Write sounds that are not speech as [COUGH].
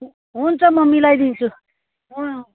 हु हुन्छ म मिलाई दिन्छु [UNINTELLIGIBLE]